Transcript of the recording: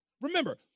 Remember